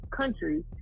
country